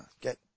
get